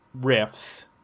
riffs